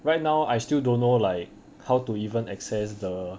right now I still don't know like how to even access the